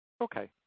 Okay